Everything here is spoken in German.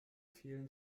vielen